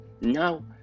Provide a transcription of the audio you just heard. Now